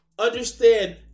Understand